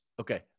Okay